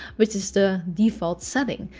which is the default setting.